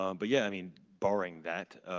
um but yeah, i mean, borrowing that.